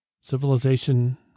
Civilization